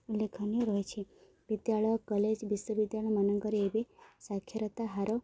ଉଲ୍ଲେଖନୀୟ ରହିଛି ବିଦ୍ୟାଳୟ କଲେଜ ବିଶ୍ୱବିଦ୍ୟାଳୟ ମାନଙ୍କରେ ଏବେ ସାକ୍ଷରତା ହାର